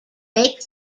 make